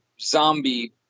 zombie